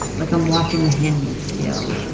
like i'm watching the handmaid's tale,